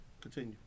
Continue